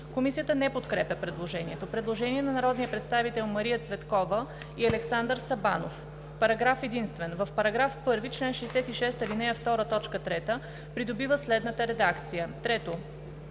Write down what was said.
Комисията не подкрепя предложението. Предложение на народните представители Мария Цветкова и Александър Сабанов: „Параграф единствен: В § 1, чл. 66, ал. 2, т. 3 придобива следната редакция: „3.